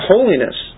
Holiness